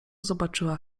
zobaczyła